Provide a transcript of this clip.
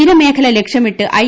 തീരമേഖല ലക്ഷ്യമിട്ട് ഐ